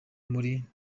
muri